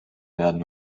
werden